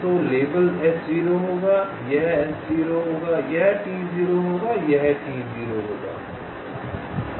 तो label S0 होगा यह S0 होगा यह T0 होगा यह T0 होगा